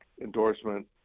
endorsement